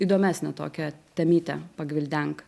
įdomesnę tokią temytę pagvildenk